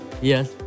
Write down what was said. Yes